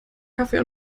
kaffee